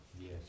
Yes